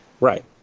Right